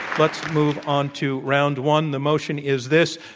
let's move onto round one. the motion is this,